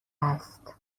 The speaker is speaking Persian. است